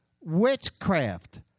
witchcraft